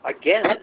again